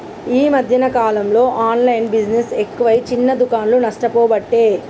ఈ మధ్యన కాలంలో ఆన్లైన్ బిజినెస్ ఎక్కువై చిన్న దుకాండ్లు నష్టపోబట్టే